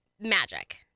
Magic